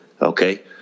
Okay